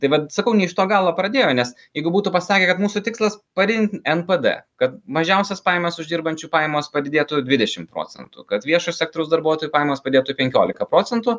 tai vat sakau ne iš to galo pradėjo nes jeigu būtų pasakę kad mūsų tikslas padidint npd kad mažiausias pajamas uždirbančių pajamos padidėtų dvidešimt procentų kad viešojo sektoriaus darbuotojų pajamos padėtų penkiolika procentų